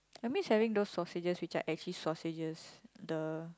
I miss having those sausages which are actually sausages the